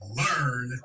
learn